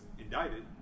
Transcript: indicted